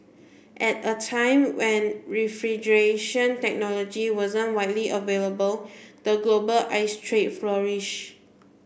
at a time when refrigeration technology wasn't widely available the global ice trade flourished